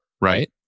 right